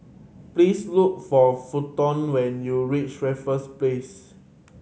please look for Fenton when you reach Raffles Place